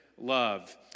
love